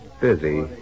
busy